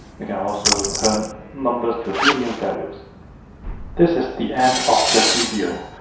we can also turn numbers to boolean values. this is the end of the video.